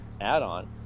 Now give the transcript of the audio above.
add-on